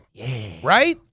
Right